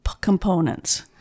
components